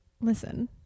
listen